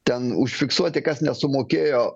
ten užfiksuoti kas nesumokėjo